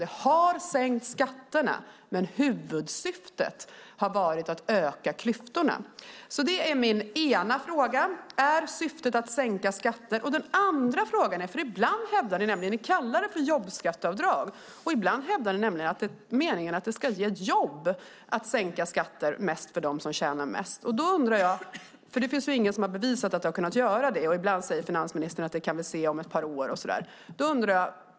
Det har sänkt skatterna, men huvudsyftet har varit att öka klyftorna. Min fråga är: Är syftet att sänka skatter? Ni kallar det för jobbskatteavdrag och hävdar ibland att det är meningen att det ska ge jobb att sänka skatter mest för dem som tjänar mest. Ingen har kunnat bevisa att det har blivit så. Finansministern säger att vi kan se det om ett par år.